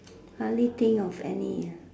hardly think of any ah